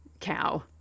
cow